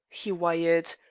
he wired,